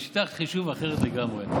שיטת חישוב אחרת לגמרי.